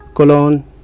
colon